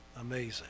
amazing